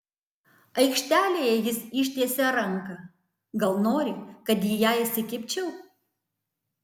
aikštelėje jis ištiesia ranką gal nori kad į ją įsikibčiau